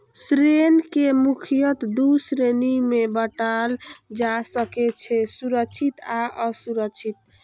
ऋण कें मुख्यतः दू श्रेणी मे बांटल जा सकै छै, सुरक्षित आ असुरक्षित